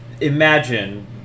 imagine